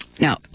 Now